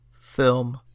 film